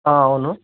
అవును